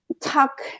talk